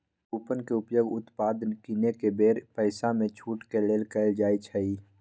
coupon के उपयोग उत्पाद किनेके बेर पइसामे छूट के लेल कएल जाइ छइ